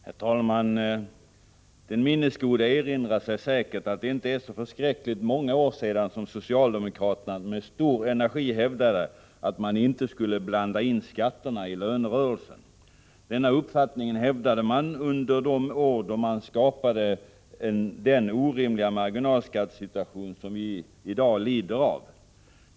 Herr talman! Den minnesgode erinrar sig säkert att det inte är så särskilt många år sedan som socialdemokraterna med stor energi hävdade att man inte skulle blanda in skatterna i lönerörelsen. Denna uppfattning hävdade man under de år då man skapade den orimliga marginalskattesituation som vi i dag lider av.